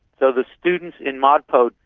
so the students in modern poetry,